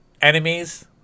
enemies